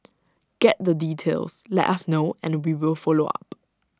get the details let us know and we will follow up